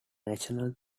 national